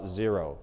zero